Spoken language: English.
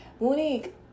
Monique